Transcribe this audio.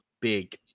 big